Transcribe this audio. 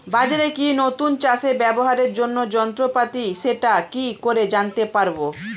বাজারে কি নতুন চাষে ব্যবহারের জন্য যন্ত্রপাতি সেটা কি করে জানতে পারব?